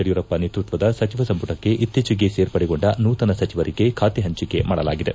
ಯಡಿಯೂರಪ್ಪ ನೇತೃತ್ವದ ಸಚಿವ ಸಂಪುಟಕ್ಕೆ ಇತ್ತೀಚೆಗೆ ಸೇರ್ಪಡೆಗೊಂಡ ನೂತನ ಸಚಿವರಿಗೆ ಖಾತೆ ಪಂಚಿಕೆ ಮಾಡಲಾಗಿದೆ